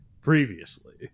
previously